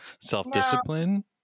self-discipline